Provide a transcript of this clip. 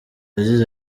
yagize